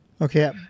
Okay